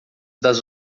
das